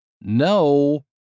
No